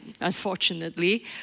unfortunately